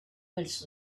minutes